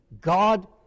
God